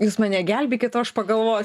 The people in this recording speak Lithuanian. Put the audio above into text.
jūs mane gelbėkit o aš pagalvosiu